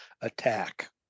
attack